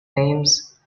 names